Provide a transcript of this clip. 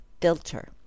filter